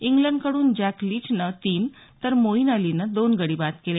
इंग्लंडकडून Jack लिचनं तीन तर मोईन अलीनं दोन गडी बाद केले